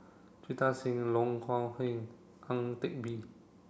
Jita Singh Loh Kok Heng Ang Teck Bee